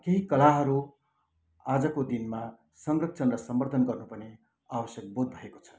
केही कलाहरू आजको दिनमा संरक्षण र संवर्धन गर्नुपर्ने आवश्यक बोध भएको छ